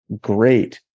great